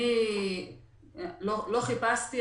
לא חיפשתי,